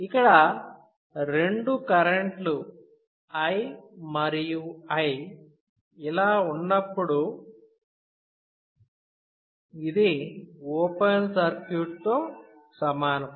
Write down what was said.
ఇక్కడ రెండు కరెంట్ లు I మరియు I ఇలా ఉన్నప్పుడు ఇది ఓపెన్ సర్క్యూట్తో సమానం